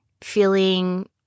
feeling